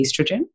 estrogen